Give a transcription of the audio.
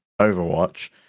Overwatch